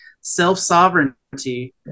self-sovereignty